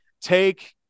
take